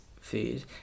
food